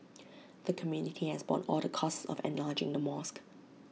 the community has borne all the costs of enlarging the mosque